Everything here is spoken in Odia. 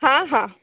ହଁ ହଁ